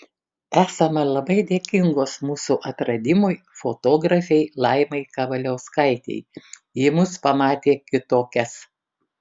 esame labai dėkingos mūsų atradimui fotografei laimai kavaliauskaitei ji mus pamatė kitokias